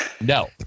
No